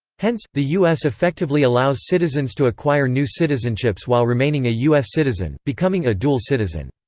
hence, the u s. effectively allows citizens to acquire new citizenships while remaining a u s. citizen, becoming a dual citizen.